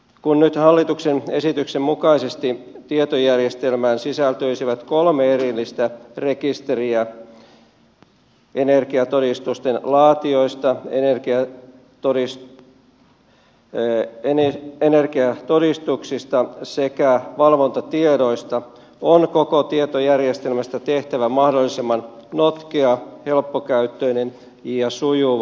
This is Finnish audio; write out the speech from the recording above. kun nyt hallituksen esityksen mukaisesti tietojärjestelmään sisältyisivät kolme erillistä rekisteriä energiatodistusten laatijoista energiatodistuksista sekä valvontatiedoista on koko tietojärjestelmästä tehtävä mahdollisimman notkea helppokäyttöinen ja sujuva